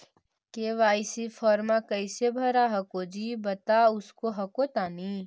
KYC फॉर्मा कैसे भरा हको जी बता उसको हको तानी?